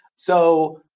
so,